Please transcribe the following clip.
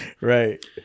right